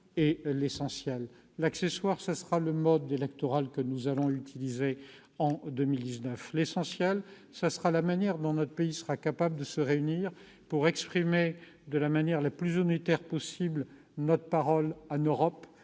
L'accessoire, c'est le mode électoral que nous allons utiliser en 2019. L'essentiel, c'est la manière dont notre pays sera capable de se rassembler pour exprimer de la manière la plus unitaire possible notre parole en Europe,